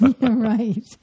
Right